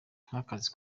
nk’akazi